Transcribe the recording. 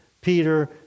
Peter